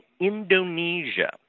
Indonesia